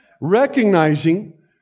Recognizing